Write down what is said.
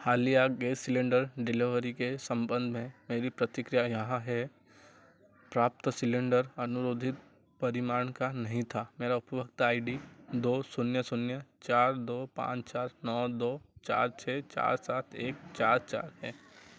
हालिया gas cylinder delivery के सम्बम्ध में मेरी प्रतिक्रिया यहां है प्राप्त सिलेंडर अनुरोधित परिमाण का नहीं था मेरा उपभोक्ता आई डी दो शून्य शून्य चार दो पाँच चार नौ दो चार छः चार सात एक चार चार है